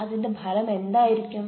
അതിന്റെ ഫലം എന്തായിരിക്കാം